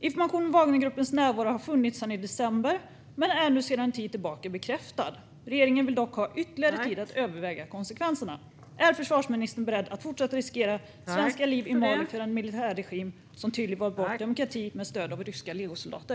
Information om Wagnergruppens närvaro har funnits sedan i december och är sedan en tid tillbaka bekräftad. Regeringen vill dock ha ytterligare tid att överväga konsekvenserna. Är försvarsministern beredd att fortsätta att riskera svenska liv i Mali för en militärregim som tydligt valt bort demokrati med stöd av ryska legosoldater?